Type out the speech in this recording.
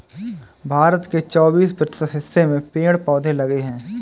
भारत के चौबिस प्रतिशत हिस्से में पेड़ पौधे लगे हैं